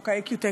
חוק "איקיוטק".